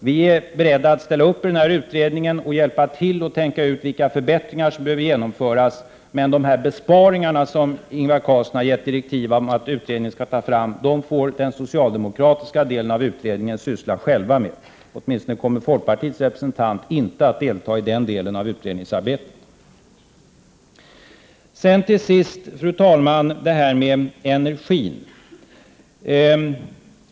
Vi i folkpartiet är beredda att ställa upp i utredningen och hjälpa till att tänka ut vilka förbättringar som behöver genomföras, men de besparingar som Ingvar Carlsson har gett direktiv om att utredningen skall ta fram, de får den socialdemokratiska delen av utredningen själv syssla med; åtminstone kommer folkpartiets representanter inte att delta i den delen av utredningsarbetet. Till sist, fru talman, till frågan om energin.